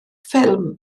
ffilm